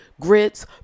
Grits